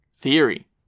theory